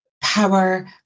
power